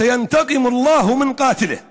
(אומר בערבית: אלוהים ינקום ברוצח שלו,)